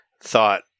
thought